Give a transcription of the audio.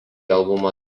albumą